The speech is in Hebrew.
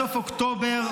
בסוף אוקטובר,